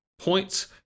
points